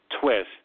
twist